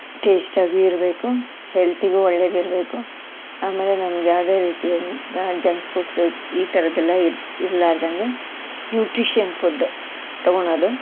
ಟೇಸ್ಟಾಗಿಯೂ ಇರಬೇಕು ಹೆಲ್ತಿಗೂ ಒಳ್ಳೆಯದಿರ್ಬೇಕು ಆಮೇಲೆ ನಮ್ಗೆ ಯಾವುದೇ ರೀತಿಯಿಂದ ಜಂಕ್ ಫುಡ್ಸು ಈ ಥರದ್ದೆಲ್ಲ ಇರು ಇರಲಾರ್ದಂಗೆ ನ್ಯೂಟ್ರಿಷನ್ ಫುಡ್ಡು ತೊಗೊಳದು